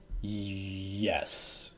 Yes